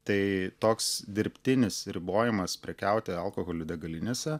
tai toks dirbtinis ribojimas prekiauti alkoholiu degalinėse